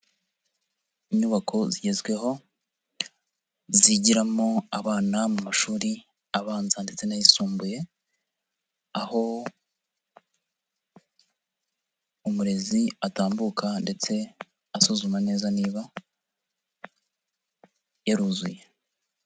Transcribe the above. Inyubako zigezweho zigiramo abana mu mashuri abanza ndetse n'ayisumbuye, aho umurezi atambuka ndetse asuzuma neza niba yaruzuye.